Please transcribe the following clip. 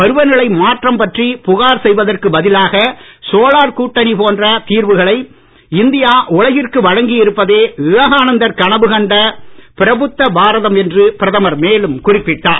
பருவநிலை மாற்றம் பற்றி புகார் செய்வதற்கு பதிலாக சோலார் கூட்டணி போன்ற தீர்வுகளை இந்தியா உலகிற்கு வழங்கி இருப்பதே விவேகானந்தர் கனவு கண்ட பிரபுத்த பாரதம் என்றும் பிரதமர் மேலும் குறிப்பிட்டார்